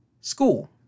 school